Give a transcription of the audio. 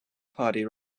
party